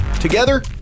together